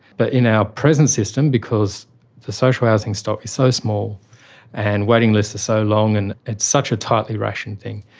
but in our present system, because the social housing stock is so small and waiting lists are so long and it's such a tightly rationed thing,